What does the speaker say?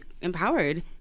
empowered